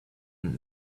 and